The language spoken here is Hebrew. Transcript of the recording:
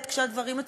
לא הבנת, רוח הדברים.